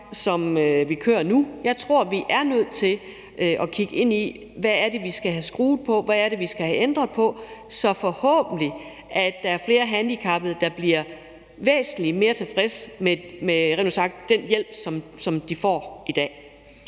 som vi kører nu; jeg tror, vi er nødt til at kigge ind i, hvad det er, vi skal have skruet på, hvad det er, vi skal have ændret på, så der forhåbentlig er flere handicappede, der bliver væsentlig mere tilfreds med den hjælp, som de får i dag.